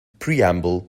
preamble